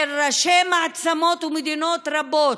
של ראשי מעצמות ומדינות רבות,